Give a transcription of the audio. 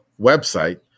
website